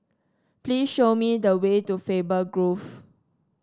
please show me the way to Faber Grove